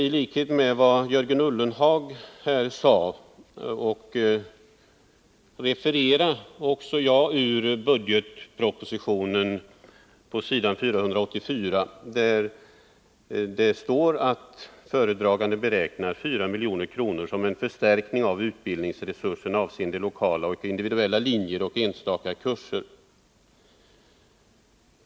Tlikhet med Jörgen Ullenhag vill också jag referera ur budgetpropositionen på s. 484, där det står att föredraganden beräknar 4 000 000 kr. som en förstärkning av utbildningsresurserna avseende anslaget Lokala och individuella linjer och enstaka kurser.